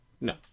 No